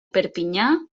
perpinyà